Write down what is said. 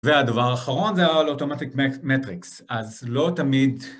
והדבר האחרון זה על אוטומטיק מטריקס, אז לא תמיד